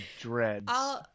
dreads